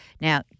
now